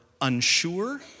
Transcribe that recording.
unsure